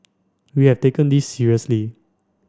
we have taken this seriously